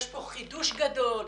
יש כאן חידוש גדול,